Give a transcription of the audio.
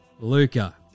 Luca